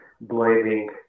blaming